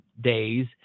days